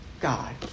God